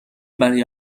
برای